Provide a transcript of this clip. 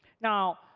now,